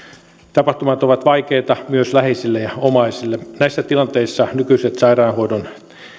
tapahtumat ovat vaikeita myös läheisille ja omaisille näissä tilanteissa nykyiset sairaanhoidon